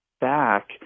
back